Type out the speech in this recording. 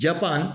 Japan